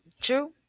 True